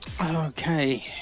Okay